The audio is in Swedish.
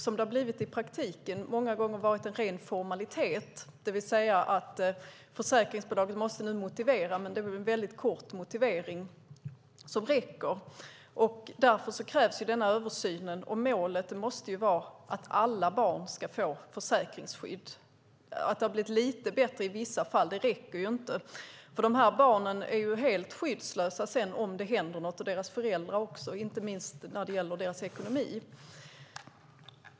Som det har blivit i praktiken har det många gånger varit en ren formalitet, det vill säga att försäkringsbolagen nu måste göra en motivering, men det är en väldigt kort motivering som räcker. Därför krävs denna översyn. Målet måste vara att alla barn ska få försäkringsskydd. Att det har blivit lite bättre i vissa fall räcker inte, för de här barnen och också deras föräldrar är helt skyddslösa om det händer något, inte minst när det gäller deras ekonomi.